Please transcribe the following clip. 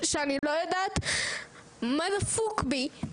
שאני לא יודעת מה דפוק בי,